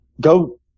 go